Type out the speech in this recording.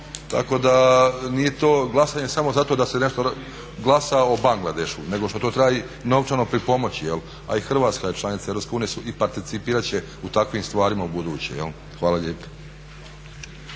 Tako da nije to glasanje samo zato da se nešto glasa o Bangladešu nego što to treba i novčano pripomoći jel'. A i Hrvatska je članica EU i participirat će u takvim stvarima ubuduće jel'. Hvala lijepo.